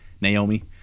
Naomi